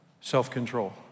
self-control